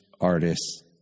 artists